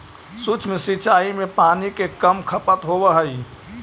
सूक्ष्म सिंचाई में पानी के कम खपत होवऽ हइ